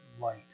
light